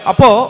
Apo